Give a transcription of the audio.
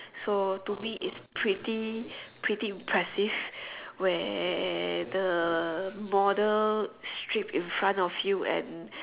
so to me it's pretty impressive where the model strip in front of you and